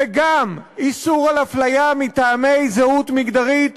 וגם איסור על הפליה מטעמי זהות מגדרית